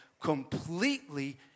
completely